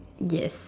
yes